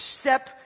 step